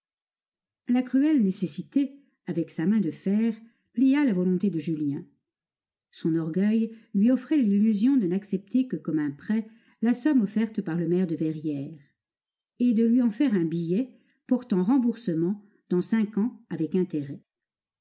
la cruelle nécessité avec sa main de fer plia la volonté de julien son orgueil lui offrait l'illusion de n'accepter que comme un prêt la somme offerte par le maire de verrières et de lui en faire un billet portant remboursement dans cinq ans avec intérêts